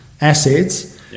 assets